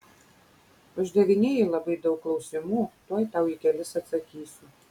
uždavinėji labai daug klausimų tuoj tau į kelis atsakysiu